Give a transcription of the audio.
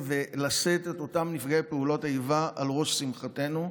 ולהעלות את אותם נפגעי פעולות איבה על ראש שמחתנו.